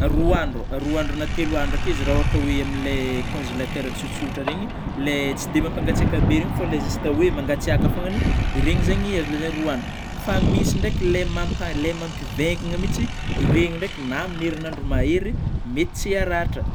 roa andro, roa andro na telo andro ake izy raha ôhatry oe amin'ilay congélateur tsotsotra regny, lay tsy de ampangatseka be regny fô le zista we mangatsiàka foagnany, regny zany, azo lazaina roa andro, fa misy ndraiky lay mampa-mampivaingana mihitsy, ireny ndraiky na amin'ny herin'andro mahery mety tsy haratra.